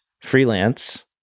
freelance